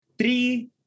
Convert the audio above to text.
Three